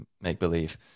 make-believe